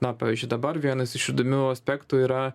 na pavyzdžiui dabar vienas iš įdomių aspektų yra